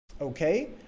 okay